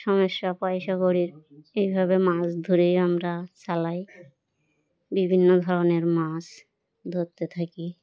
সমস্যা পয়সা করি এইভাবে মাছ ধরেই আমরা চালাই বিভিন্ন ধরনের মাছ ধরতে থাকি